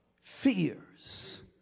fears